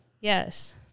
Yes